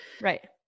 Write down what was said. Right